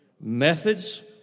Methods